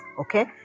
Okay